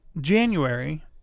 January